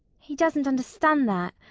he doesn't understand that.